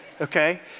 okay